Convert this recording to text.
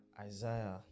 Isaiah